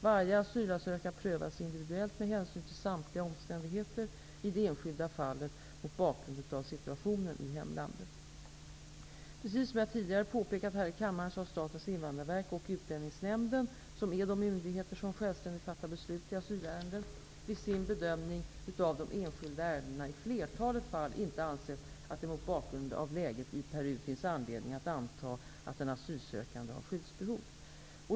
Varje asylansökan prövas individuellt med hänsyn till samtliga omständigheter i det enskilda fallet, mot bakgrund av situationen i hemlandet. Precis som jag tidigare påpekat här i kammaren har Statens invandrarverk och Utlänningsnämnden, som är de myndigheter som självständigt fattar beslut i asylärenden, vid sin bedömning av de enskilda ärendena i flertalet fall inte ansett att det mot bakgrund av läget i Peru finns anledning att anta att den asylsökande har skyddsbehov.